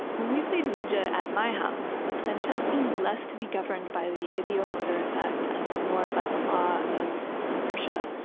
when we played ouija at my house, the planchet seemed less to be governed by the ideomotor effect and more by the law of inertia